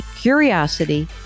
Curiosity